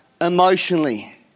emotionally